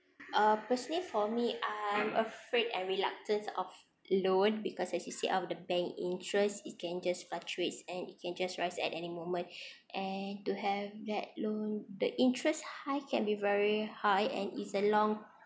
uh personally for me I'm afraid and reluctant of loan because as you see out of the bank interest it can just fluctuate and it can just raise at any moment and to have that loan the interest high can be very high and it's a long